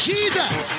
Jesus